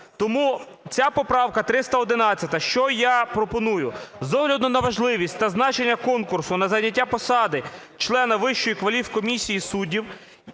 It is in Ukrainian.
Тому ця поправка 311, що я пропоную? З огляду на важливість та значення конкурсу на зайняття посади члена Вищої кваліфкомісії суддів,